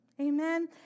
Amen